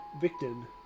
victim